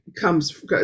comes